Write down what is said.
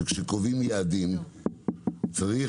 שכשקובעים יעדים צריך,